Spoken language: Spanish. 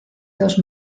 dos